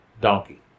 donkey